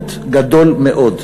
עיוות גדול מאוד.